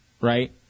right